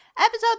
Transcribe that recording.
Episode